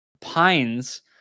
pines